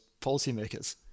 policymakers